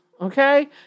okay